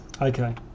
Okay